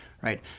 right